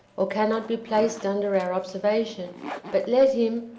or cannot be placed under our observation but let him,